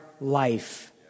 life